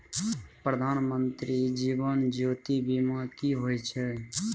प्रधानमंत्री जीवन ज्योती बीमा की होय छै?